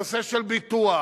נושא של ביטוח,